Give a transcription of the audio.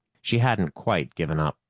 she hadn't quite given up.